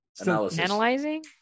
analyzing